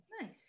Nice